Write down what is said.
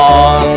on